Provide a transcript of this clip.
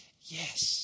yes